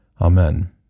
Amen